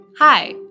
Hi